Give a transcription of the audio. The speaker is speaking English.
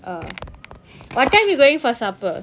ah what time you going for supper